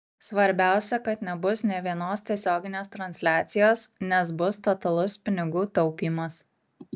svarbiausia kad nebus nė vienos tiesioginės transliacijos nes bus totalus pinigų taupymas